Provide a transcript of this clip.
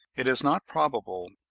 it is not probable,